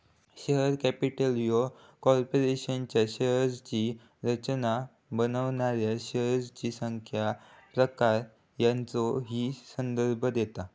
share capital ह्या कॉर्पोरेशनच्या शेअर्सची रचना बनवणाऱ्या शेअर्सची संख्या, प्रकार यांचो ही संदर्भ देता